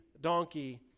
donkey